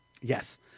Yes